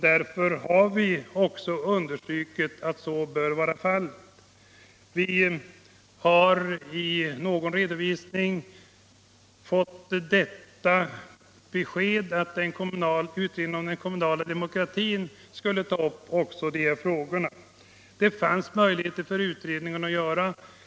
Därför har vi också understrukit att så bör vara fallet. Vi har i någon redovisning fått beskedet att utredningen om den kommunala demokratin skulle ta upp även de här frågorna. Det fanns möjligheter för utredningen att göra det.